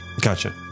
Gotcha